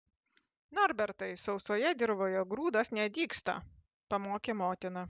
norbertai sausojoje dirvoje grūdas nedygsta pamokė motina